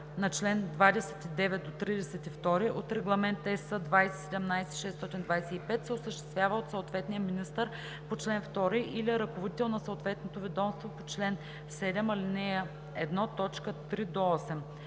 на чл. 29 – 32 от Регламент (ЕС) 2017/625 се осъществява от съответния министър по чл. 2 или ръководител на съответното ведомство по чл. 7, ал.